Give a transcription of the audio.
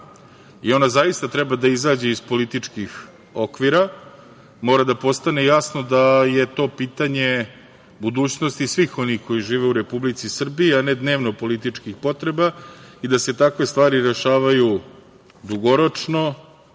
i ona zaista treba da izađe iz političkih okvira. Mora da postane jasno da je to pitanje budućnosti svih onih koji žive u Republici Srbiji, a ne dnevno političkih potreba i da se takve stvari rešavaju dugoročno,